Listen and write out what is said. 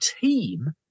team